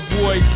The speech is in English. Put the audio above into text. boy